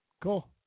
cool